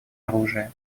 оружии